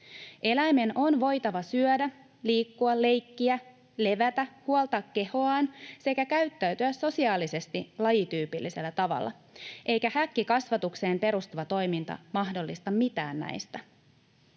Eläimen on voitava syödä, liikkua, leikkiä, levätä, huoltaa kehoaan sekä käyttäytyä sosiaalisesti lajityypillisellä tavalla, eikä häkkikasvatukseen perustuva toiminta mahdollista mitään näistä.